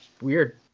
weird